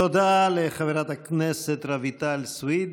תודה לחברת הכנסת רויטל סויד.